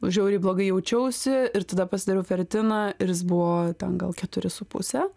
žiauriai blogai jaučiausi ir tada pasidariau feritiną ir jis buvo ten gal keturi su puse